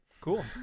Cool